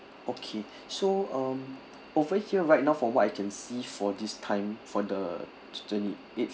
okay so um over here right now from what I can see for this time for the twenty-eighth